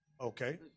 Okay